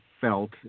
felt